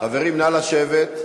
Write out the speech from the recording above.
חברים, נא לשבת,